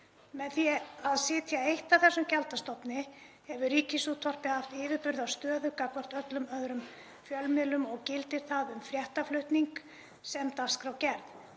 Með því að sitja eitt að þessum gjaldstofni hefur Ríkisútvarpið haft yfirburðastöðu gagnvart öllum öðrum fjölmiðlum og gildir það um fréttaflutning sem og dagskrárgerð.